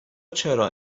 چرا